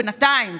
בינתיים,